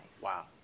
Wow